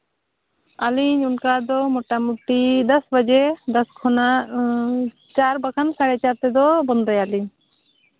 ᱟᱹᱞᱤᱧ ᱚᱱᱠᱟ ᱫᱚ ᱢᱳᱴᱟᱢᱩᱴᱤ ᱫᱚᱥ ᱵᱟᱡᱮ ᱠᱷᱚᱱᱟᱜ ᱪᱟᱨ ᱵᱟᱠᱷᱟᱱ ᱥᱟᱲᱮ ᱪᱟᱨ ᱛᱮᱫᱚ ᱵᱚᱱᱫᱚᱭᱟᱞᱤᱧ